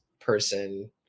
person